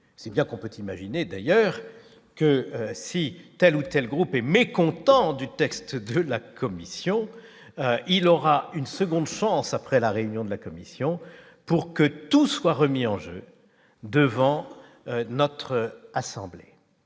c'est bien qu'on peut imaginer d'ailleurs que si telle ou telle mécontents du texte de la commission, il aura une seconde chance après la réunion de la commission pour que tout soit remis en jeu devant notre assemblée,